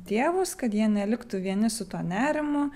tėvus kad jie neliktų vieni su tuo nerimu